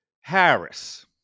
Harris